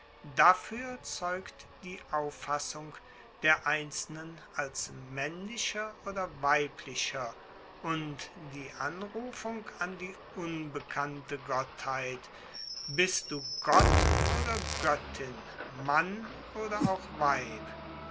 dafuer zeugt die auffassung der einzelnen als maennlicher oder weiblicher und die anrufung an die unbekannte gottheit bist du gott oder goettin mann oder auch weib